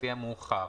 לפי המאוחר".